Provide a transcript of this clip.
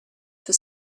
for